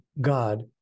God